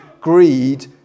greed